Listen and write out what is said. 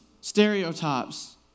stereotypes